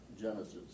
Genesis